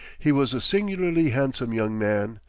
he was a singularly handsome young man,